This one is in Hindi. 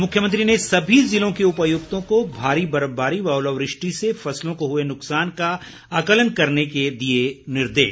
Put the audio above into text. और मुख्यमंत्री ने सभी जिलों के उपायुक्तों को भारी बर्फबारी व ओलावृष्टि से फसलों को हुए नुकसान का आकलन करने के दिए निर्देश